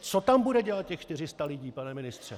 Co tam bude dělat těch 400 lidí, pane ministře?